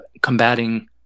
combating